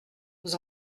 vous